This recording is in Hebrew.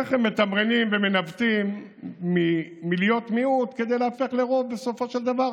איך הם מתמרנים ומנווטים מלהיות מיעוט כדי להיהפך לרוב בסופו של דבר